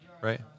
Right